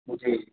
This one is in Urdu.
جی